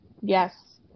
yes